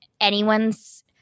anyone's